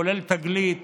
זה כולל את תגלית